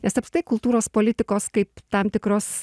nes apskritai kultūros politikos kaip tam tikros